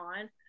on